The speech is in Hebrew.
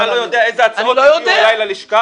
אתה לא יודע איזה הצעות הגיעו אליי ללשכה